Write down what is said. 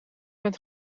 met